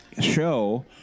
show